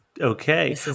Okay